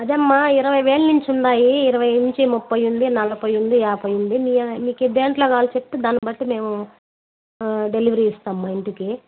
అదే అమ్మా ఇరవై వేలు నుంచి ఉన్నాయి ఇరవై నుంచి ముప్ఫై ఉంది నలభై ఉంది యాభై ఉంది మీ మీకు దేనిలో కావాలో చెప్తే దాన్ని బట్టి మేము డెలివరీ ఇస్తామమ్మ ఇంటికి